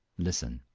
listen.